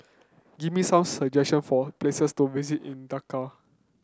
give me some suggestion for places to visit in Dakar